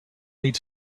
need